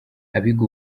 abiga